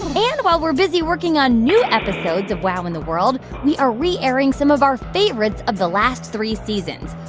and while we're busy working on new episodes of wow in the world, we are reairing some of our favorites of the last three seasons.